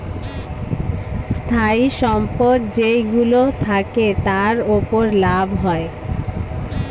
স্থায়ী সম্পদ যেইগুলো থাকে, তার উপর লাভ হয়